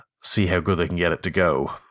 see-how-good-they-can-get-it-to-go